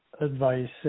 advice